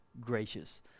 gracious